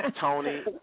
Tony